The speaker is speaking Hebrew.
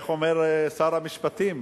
איך אומר שר המשפטים?